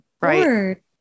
right